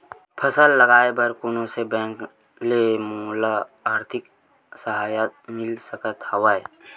फसल लगाये बर कोन से बैंक ले मोला आर्थिक सहायता मिल सकत हवय?